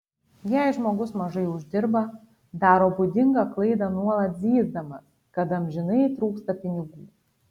jei žmogus mažai uždirba daro būdingą klaidą nuolat zyzdamas kad amžinai trūksta pinigų